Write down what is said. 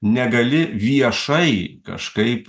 negali viešai kažkaip